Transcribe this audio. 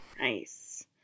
Nice